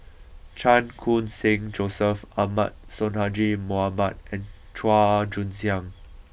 Chan Khun Sing Joseph Ahmad Sonhadji Mohamad and Chua Joon Siang